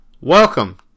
welcome